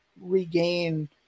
regain